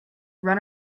run